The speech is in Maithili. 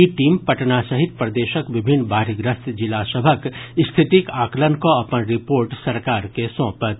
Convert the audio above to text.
ई टीम पटना सहित प्रदेशक विभिन्न बाढ़िग्रस्त जिला सभक स्थितिक आकलन कऽ अपन रिपोर्ट सरकार के सौंपत